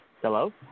Hello